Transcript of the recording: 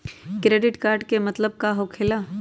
Credit card के मतलब का होकेला?